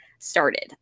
started